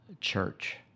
church